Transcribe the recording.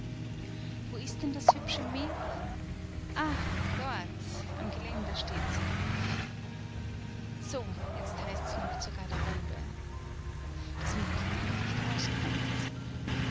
wo ist denn das hübsche mädel ah dort am geländer steht sie so jetzt heißt's noch zur garderobe daß mir die kleine nicht auskommt